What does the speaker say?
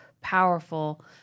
powerful